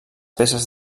peces